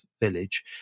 village